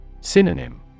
Synonym